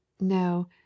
no